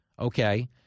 okay